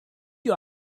you